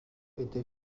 était